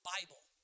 Bible